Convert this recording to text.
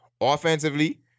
Offensively